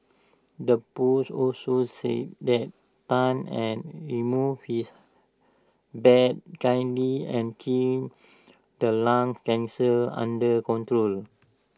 the post also said that Tan had removed his bad kidney and kept the lung cancer under control